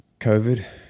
COVID